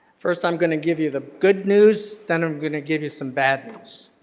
first, i'm going to give you the good news, then i'm going to give you some bad news.